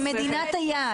ממדינת היעד.